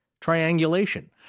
triangulation